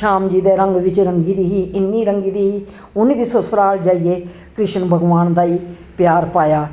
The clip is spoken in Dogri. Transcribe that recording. शाम जी दे रंग बिच्च रंगी दी ही इन्नी रंगी दी ही उन्न बी ससुराल जाइयै कृष्ण भगवान दी गै प्यार पाया